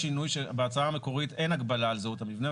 בהצעה המקורית אין הגבלה על זהות המבנה,